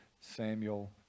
Samuel